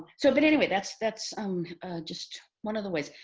so but anyway, that's that's um just one of the ways.